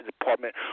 Department